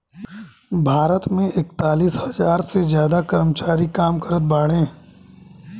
भारत मे एकतालीस हज़ार से ज्यादा कर्मचारी काम करत बाड़े